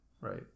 Right